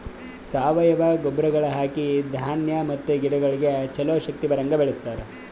ಸಾವಯವ ಗೊಬ್ಬರಗೊಳ್ ಹಾಕಿ ಧಾನ್ಯ ಮತ್ತ ಗಿಡಗೊಳಿಗ್ ಛಲೋ ಶಕ್ತಿ ಬರಂಗ್ ಬೆಳಿಸ್ತಾರ್